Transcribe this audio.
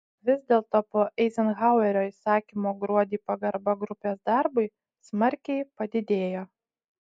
vis dėlto po eizenhauerio įsakymo gruodį pagarba grupės darbui smarkiai padidėjo